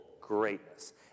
greatness